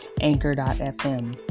Anchor.fm